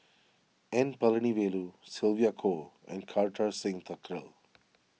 N Palanivelu Sylvia Kho and Kartar Singh Thakral